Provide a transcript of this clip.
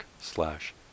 slash